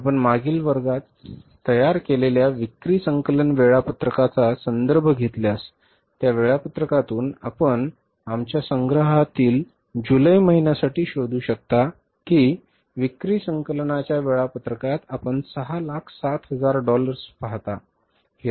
त्यासाठी आपण मागील वर्गात आम्ही तयार केलेल्या विक्री संकलन वेळापत्रकांचा संदर्भ घेतल्यास त्या वेळापत्रकातून आपण आमच्या संग्रहातील जुलै महिन्यासाठी शोधू शकता की विक्री संकलनाच्या वेळापत्रकात आपण 607000 डॉलर्स पाहता